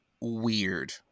weird